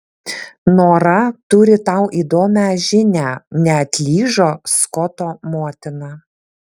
nora turi tau įdomią žinią neatlyžo skoto motina